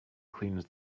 cleans